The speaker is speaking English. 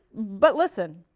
but listen.